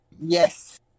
Yes